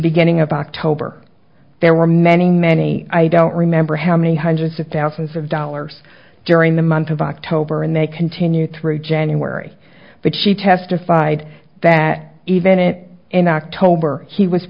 beginning of october there were many many i don't remember how many hundreds of thousands of dollars during the month of october and they continued through january but she testified that even it in october he was